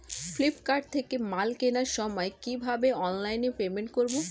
Flipkart থেকে মাল কেনার সময় কিভাবে অনলাইনে পেমেন্ট করব?